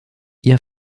ihr